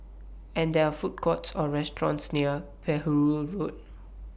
and There Food Courts Or restaurants near Perahu Road